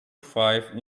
five